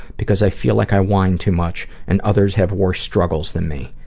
because i feel like i whine too much and others have worse struggles than me.